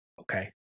Okay